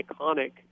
iconic